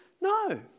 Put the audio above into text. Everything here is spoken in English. No